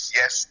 yes